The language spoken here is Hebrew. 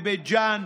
בבית ג'ן,